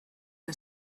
que